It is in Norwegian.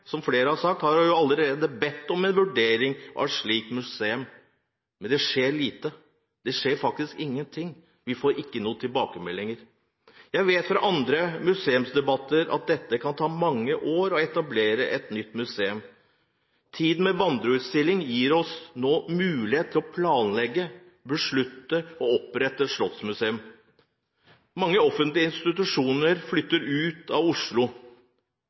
som flere har sagt – bedt om en vurdering av et slikt museum. Men det skjer lite. Det skjer faktisk ingenting. Vi får ikke noen tilbakemeldinger. Jeg vet fra andre museumsdebatter at det kan ta mange år å etablere et nytt museum. Tiden med vandreutstillinger gir oss nå mulighet til å planlegge og beslutte å opprette et slottsmuseum. Mange offentlige institusjoner flytter ut av Oslo.